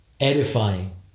edifying